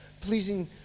pleasing